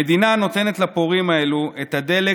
המדינה נותנת לפורעים האלה את הדלק